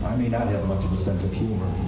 may not have much of a sense of humour,